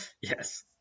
Yes